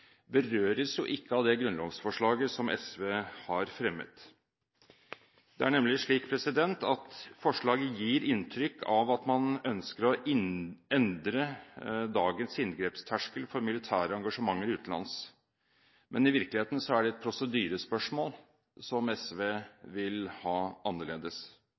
berøres jo ikke av det grunnlovsforslaget som SV har fremmet. Det er nemlig slik at forslaget gir inntrykk av at man ønsker å endre dagens inngrepsterskel for militære engasjementer utenlands – men i virkeligheten er det et prosedyrespørsmål som SV vil ha annerledes.